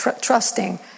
trusting